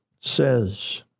says